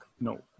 No